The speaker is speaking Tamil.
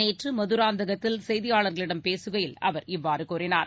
நேற்று மதுராந்தகத்தில் செய்தியாளர்களிடம் பேசுகையில் அவர் இவ்வாறு கூறினார்